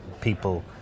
people